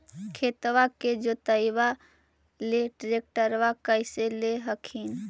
खेतबा के जोतयबा ले ट्रैक्टरबा कैसे ले हखिन?